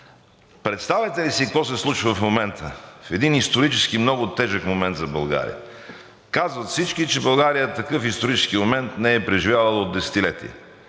Представяте ли си какво се случва в момента, в един исторически много тежък момент за България? Казват всички, че България такъв исторически момент не е преживявала от десетилетия